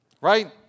Right